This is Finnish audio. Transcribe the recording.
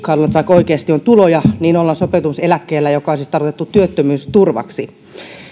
oikeasti on tuloja niin ollaan sopeutumiseläkkeellä joka on siis tarkoitettu työttömyysturvaksi